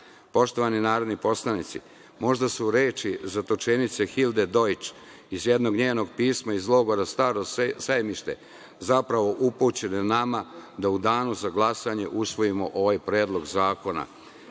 jasno. Poštovani narodni poslanici, možda su reči zatočenice Hilde Dojč iz jednog njenog pisma iz logora „Staro Sajmište“ zapravo upućene nama da u Danu za glasanje usvojimo ovaj Predlog zakona: